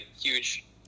huge